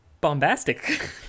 bombastic